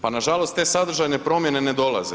Pa nažalost, te sadržajne promjene ne dolaze.